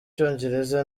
cyongereza